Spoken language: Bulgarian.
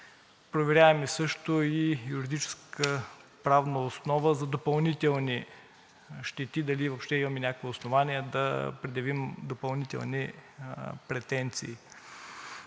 Проверяваме също и юридическата правна основа за допълнителни щети – дали въобще имаме някакво основание да предявим допълнителни претенции.